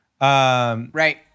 Right